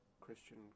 Christian